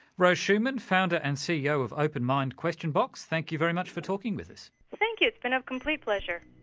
rose shuman, founder and ceo of open mind question box, thank you very much for talking with us. thank you, it's been a complete pleasure.